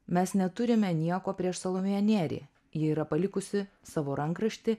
mes neturime nieko prieš salomėją nėrį ji yra palikusi savo rankraštį